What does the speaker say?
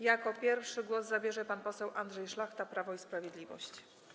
Jako pierwszy głos zabierze pan poseł Andrzej Szlachta, Prawo i Sprawiedliwość.